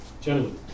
Gentlemen